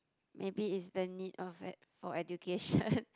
maybe is the need of it for education